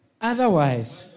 otherwise